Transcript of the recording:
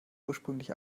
ursprünglich